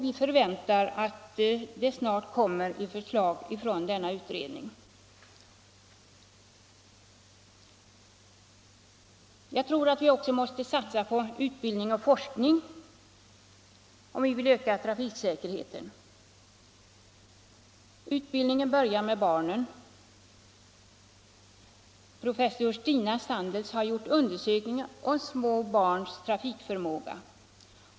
Vi förväntar att det snart kommer ett förslag från denna utredning. Jag tror att vi också måste satsa på utbildning och forskning, om vi vill öka trafiksäkerheten. Utbildningen börjar med barnen. Professor Stina Sandels har gjort undersökningar av små barns trafikförmåga.